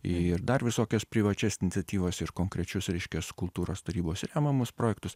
ir dar visokias privačias iniciatyvas ir konkrečius reiškias kultūros tarybos remiamus projektus